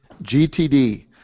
GTD